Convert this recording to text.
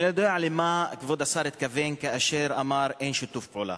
אני לא יודע למה כבוד השר התכוון כאשר הוא אמר שאין שיתוף פעולה.